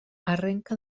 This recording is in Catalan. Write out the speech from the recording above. arrenca